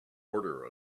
order